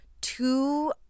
Two